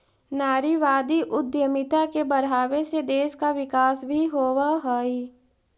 नारीवादी उद्यमिता के बढ़ावे से देश का विकास भी होवअ हई